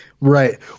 Right